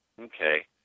Okay